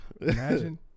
Imagine